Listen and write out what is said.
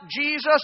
Jesus